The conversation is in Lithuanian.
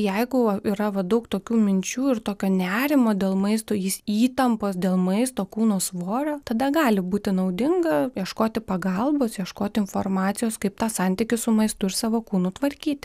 jeigu yra vat daug tokių minčių ir tokio nerimo dėl maisto jis įtampos dėl maisto kūno svorio tada gali būti naudinga ieškoti pagalbos ieškoti informacijos kaip tą santykį su maistu ir savo kūnu tvarkyti